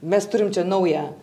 mes turim čia naują